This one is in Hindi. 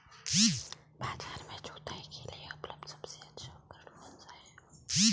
बाजार में जुताई के लिए उपलब्ध सबसे अच्छा उपकरण कौन सा है?